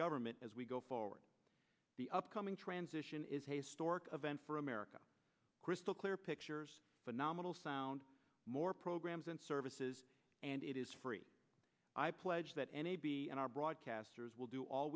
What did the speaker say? government as we go forward the upcoming transition is historic event for america crystal clear pictures phenomenal sound more programs and services and it is free i pledge that any b and r broadcasters will do all